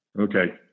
Okay